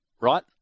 Right